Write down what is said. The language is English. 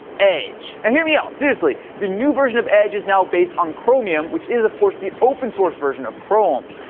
edge. and hear me out, seriously, the new version of edge is now based on chromium which is, of course, the open source version of chrome.